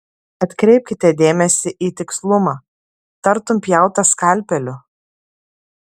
atkreipkite dėmesį į tikslumą tartum pjauta skalpeliu